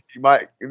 Mike